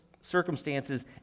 circumstances